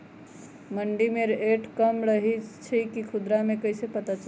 मंडी मे रेट कम रही छई कि खुदरा मे कैसे पता चली?